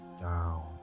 down